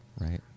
Right